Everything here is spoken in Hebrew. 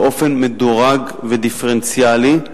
באופן מדורג ודיפרנציאלי,